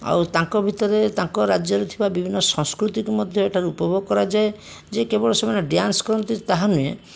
ଆଉ ତାଙ୍କ ଭିତରେ ତାଙ୍କ ରାଜ୍ୟରେ ଥିବା ବିଭିନ୍ନ ସଂସ୍କୃତିକୁ ମଧ୍ୟ ଏଠାରୁ ଉପଭୋଗ କରାଯାଏ ଯେ କେବଳ ସେମାନେ ଡ୍ୟାନ୍ସ କରନ୍ତି ତାହା ନୁହେଁ